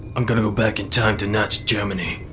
i'm gonna go back in time to nazi germany,